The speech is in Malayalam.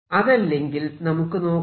അതല്ലെങ്കിൽ നമുക്ക് നോക്കാം